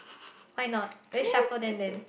why not are you shuffle then then